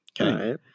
Okay